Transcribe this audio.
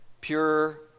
pure